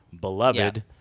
beloved